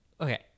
Okay